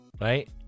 right